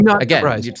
Again